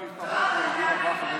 אני בן נהלל הרביעי שיושב בכנסת.